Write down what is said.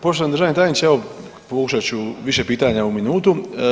Poštovani državni tajniče, evo pokušat ću više pitanja u minutu.